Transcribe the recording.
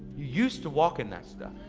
you used to walk in that stuff.